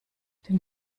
den